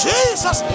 Jesus